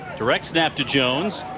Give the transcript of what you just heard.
direct snap to jones.